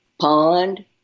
pond